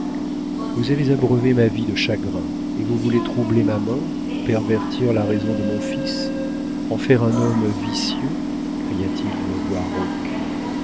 vous avez abreuvé ma vie de chagrins et vous voulez troubler ma mort pervertir la raison de mon fils en faire un homme vicieux cria-t-il d'une voix